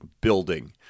building